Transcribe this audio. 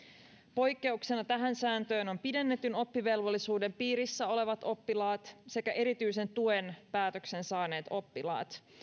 poikkeuksena tähän sääntöön on pidennetyn oppivelvollisuuden piirissä olevat oppilaat sekä erityisen tuen päätöksen saaneet oppilaat